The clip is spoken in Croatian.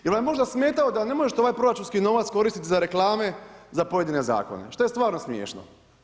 Jer vam možda smetao da ne možete ovaj proračunski novac koristiti za reklame za pojedince zakone što je stvarno smiješno.